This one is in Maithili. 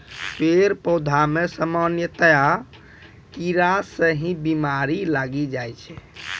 पेड़ पौधा मॅ सामान्यतया कीड़ा स ही बीमारी लागी जाय छै